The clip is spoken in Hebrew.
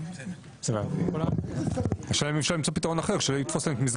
אני מסכים איתך, גם בפעם